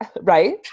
right